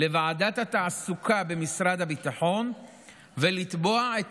לוועדת התעסוקה במשרד הביטחון ולתבוע את